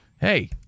hey